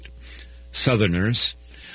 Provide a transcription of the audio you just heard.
Southerners